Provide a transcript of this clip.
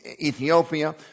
Ethiopia